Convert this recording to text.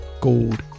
gold